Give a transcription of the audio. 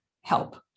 help